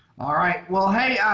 alright well hey